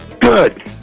good